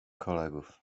kolegów